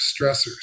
stressors